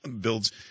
builds